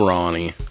Ronnie